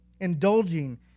Indulging